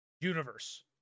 universe